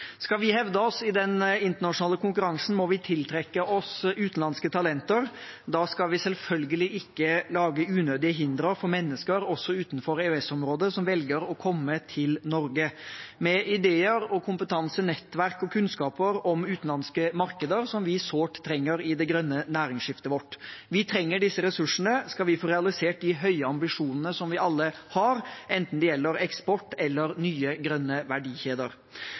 Skal vi hevde oss i den internasjonale konkurransen, må vi tiltrekke oss utenlandske talenter, og da skal vi selvfølgelig ikke lage unødige hindre for mennesker, også fra utenfor EØS-området, som velger å komme til Norge med ideer, kompetanse, nettverk og kunnskaper om utenlandske markeder som vi sårt trenger i det grønne næringsskiftet vårt. Vi trenger disse ressursene, skal vi få realisert de høye ambisjonene som vi alle har, enten det gjelder eksport eller nye grønne verdikjeder.